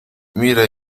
mira